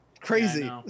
Crazy